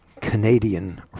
Canadian